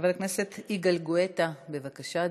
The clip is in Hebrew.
חבר הכנסת יגאל גואטה, בבקשה,